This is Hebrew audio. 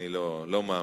אני לא מאמין.